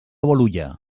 bolulla